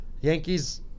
Yankees